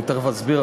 אני תכף אסביר,